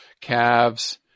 calves